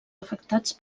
afectats